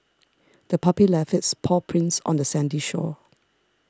the puppy left its paw prints on the sandy shore